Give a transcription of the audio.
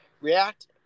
react